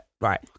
Right